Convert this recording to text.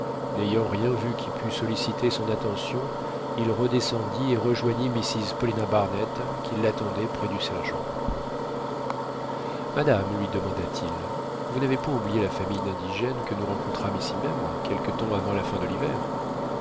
n'ayant rien vu qui pût solliciter son attention il redescendit et rejoignit mrs paulina barnett qui l'attendait près du sergent madame lui demanda-t-il vous n'avez point oublié la famille d'indigènes que nous rencontrâmes ici même quelque temps avant la fin de l'hiver